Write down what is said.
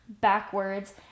backwards